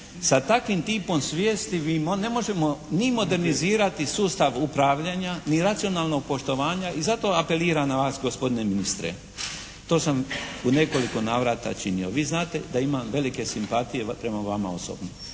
sa takvim tipom svijesti mi ne možemo ni modernizirati sustav upravljanja ni racionalnog upravljanja i zato apeliram na vas gospodine ministre, to sam u nekoliko navrata činio. Vi znate da imam velike simpatije prema vama osobno.